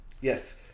Yes